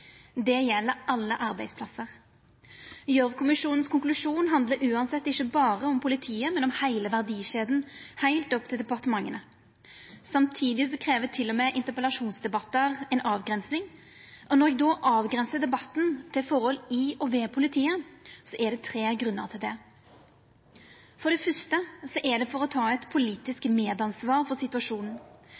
det gjeld alle arbeidsplassar. Gjørv-kommisjonens konklusjon handla uansett ikkje berre om politiet, men om heile verdikjeda, heilt opp til departementa. Samtidig krev til og med interpellasjonsdebattar ei avgrensing. Når eg då avgrensar debatten til forhold i og ved politiet, er det tre grunnar til det: For det første er det for å ta eit politisk medansvar for situasjonen.